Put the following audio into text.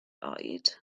oed